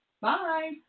Bye